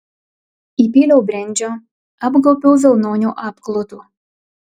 įpyliau brendžio apgaubiau vilnoniu apklotu